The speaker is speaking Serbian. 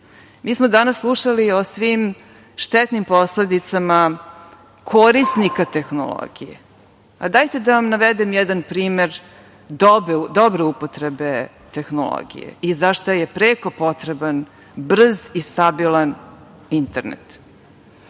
Mi smo danas slušali o svim štetnim posledicama korisnika tehnologije. Dajte da vam navedem jedan primer dobre upotrebe tehnologije i za šta je preko potreban brz i stabilan internet. Nekoliko